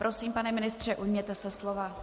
Prosím, pane ministře, ujměte se slova.